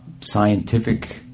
scientific